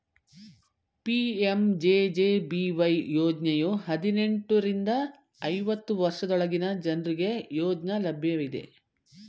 PMJJBY ಯೋಜ್ನಯು ಹದಿನೆಂಟು ರಿಂದ ಐವತ್ತು ವರ್ಷದೊಳಗಿನ ಜನ್ರುಗೆ ಯೋಜ್ನ ಲಭ್ಯವಿದೆ